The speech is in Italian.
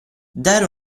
dare